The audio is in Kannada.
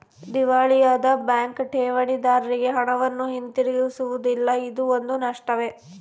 ದಿವಾಳಿಯಾದ ಬ್ಯಾಂಕ್ ಠೇವಣಿದಾರ್ರಿಗೆ ಹಣವನ್ನು ಹಿಂತಿರುಗಿಸುವುದಿಲ್ಲ ಇದೂ ಒಂದು ನಷ್ಟವೇ